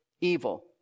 evil